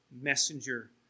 messenger